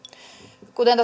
kuten